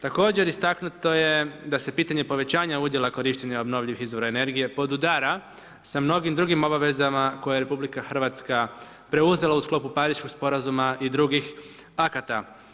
Također istaknuto je da se pitanje povećanja udjela korištenja obnovljivih izvora energije podudara sa mnogim drugim obavezama koje je RH, preuzela u sklopu Pariškog sporazuma i drugih akata.